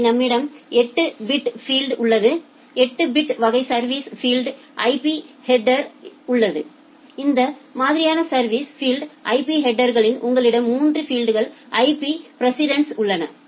எனவே நம்மிடம் 8 bit field உள்ளது 8 பிட் வகை சர்வீஸ் ஃபில்டு IP ஹெட்டா் இல் உள்ளது அந்த மாதிரியான சர்வீஸ் ஃபில்டு IP ஹெட்டா் களில் உங்களிடம் 3 பிட் IP ப்ரெசிடென்ஸ் உள்ளன